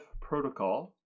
Protocol